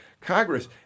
Congress